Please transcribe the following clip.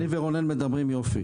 אני ורונן מדברים יופי.